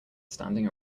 standing